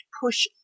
push